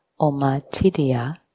omatidia